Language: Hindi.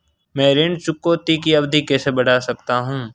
मैं ऋण चुकौती की अवधि कैसे बढ़ा सकता हूं?